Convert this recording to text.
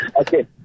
Okay